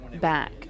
back